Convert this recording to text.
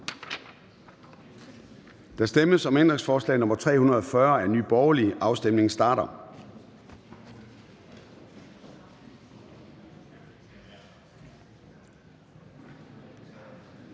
Der stemmes om ændringsforslag nr. 343 af Nye Borgerlige. Afstemningen starter.